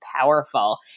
powerful